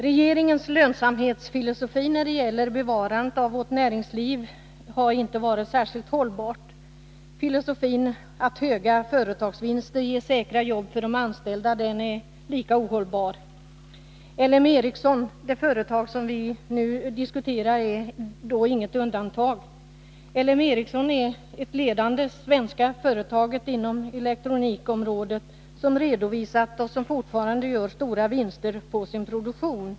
Regeringens lönsamhetsfilosofi när det gäller bevarandet av vårt näringsliv harinte varit särskilt hållbar. Filosofin att höga företagsvinster ger säkra jobb för de anställda är lika ohållbar. LM Ericsson, det företag som vi nu diskuterar, är inget undantag. L M E är det ledande svenska företaget inom elektronikområdet och har redovisat och gör fortfarande stora vinster på sin produktion.